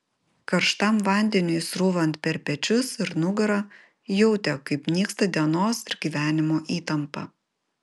karštam vandeniui srūvant per pečius ir nugarą jautė kaip nyksta dienos ir gyvenimo įtampa